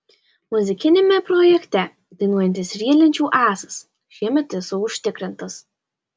muzikiniame projekte dainuojantis riedlenčių ąsas šiemet esu užtikrintas